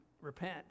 repent